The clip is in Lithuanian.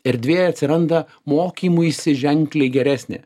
erdvė atsiranda mokymuisi ženkliai geresnė